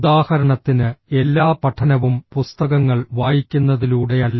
ഉദാഹരണത്തിന് എല്ലാ പഠനവും പുസ്തകങ്ങൾ വായിക്കുന്നതിലൂടെയല്ല